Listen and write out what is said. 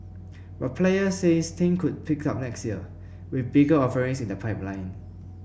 but players say things could pick up next year with bigger offerings in the pipeline